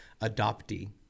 adoptee